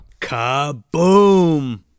kaboom